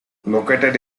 located